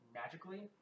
magically